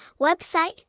Website